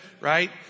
Right